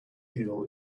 eel